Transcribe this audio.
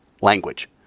language